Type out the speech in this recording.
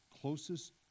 closest